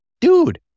dude